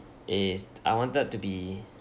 is I wanted to be